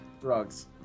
Drugs